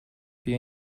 بیا